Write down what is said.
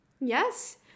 yes